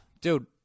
Dude